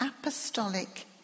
apostolic